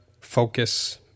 focus